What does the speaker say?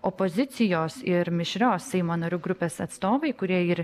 opozicijos ir mišrios seimo narių grupės atstovai kurie ir